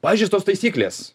pažeistos taisyklės